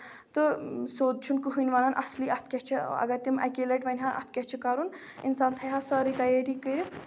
تہٕ سیٚود چھُ نہٕ کٕہینۍ وَنان اَصلی اَتھ کیاہ چھ اَگر تِم اَکی لَٹہِ وَنہٕ ہن اَتھ کیاہ چھُ کَرُن اِنسان تھایہِ ہا سٲرٕے تَیٲری کٔرِتھ